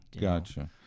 Gotcha